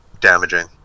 damaging